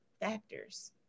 factors